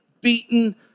beaten